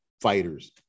fighters